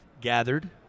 gathered